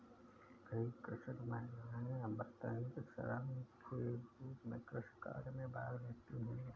कई कृषक महिलाएं अवैतनिक श्रम के रूप में कृषि कार्य में भाग लेती हैं